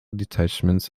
detachments